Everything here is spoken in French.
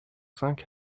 cinq